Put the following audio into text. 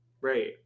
Right